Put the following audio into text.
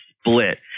split